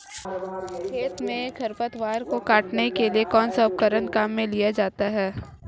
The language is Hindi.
खेत में खरपतवार को काटने के लिए कौनसा उपकरण काम में लिया जाता है?